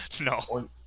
No